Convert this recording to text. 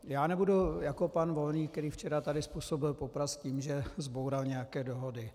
Já nebudu jako pan Volný, který tady včera způsobil poprask tím, že zboural nějaké dohody.